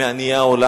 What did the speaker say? מעניי העולם.